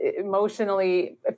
emotionally